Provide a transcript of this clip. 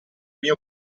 mio